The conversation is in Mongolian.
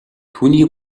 түүний